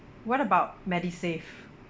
what about MediSave